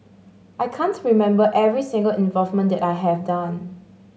I can't remember every single involvement that I have done